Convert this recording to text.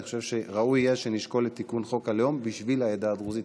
אני חושב שראוי יהיה שנשקול תיקון לחוק הלאום בשביל העדה הדרוזית,